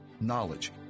knowledge